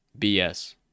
bs